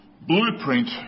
blueprint